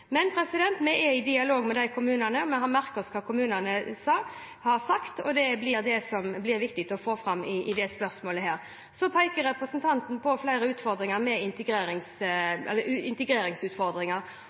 Men vi er i dialog med kommunene. Vi har merket oss hva kommunene har sagt, og det blir det som blir viktig å få fram i dette spørsmålet. Så peker representanten på flere integreringsutfordringer. Det er veldig tydelig og klart at det kommer det til å bli. Med